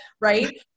Right